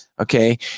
Okay